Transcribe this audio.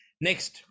Next